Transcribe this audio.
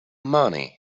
money